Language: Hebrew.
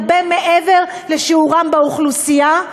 הרבה מעבר לשיעורם באוכלוסייה,